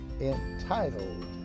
entitled